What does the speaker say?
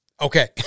okay